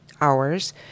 hours